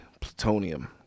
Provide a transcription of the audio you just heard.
plutonium